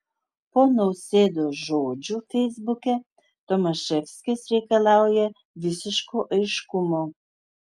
po nausėdos žodžių feisbuke tomaševskis reikalauja visiško aiškumo